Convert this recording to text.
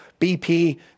BP